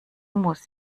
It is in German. muss